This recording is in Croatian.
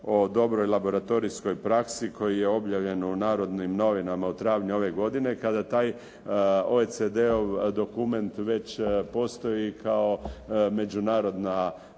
o dobroj laboratorijskoj praksi koji je objavljen u "Narodnim novinama" u travnju ove godine kada taj OECD-ov dokument već postoji kao međunarodna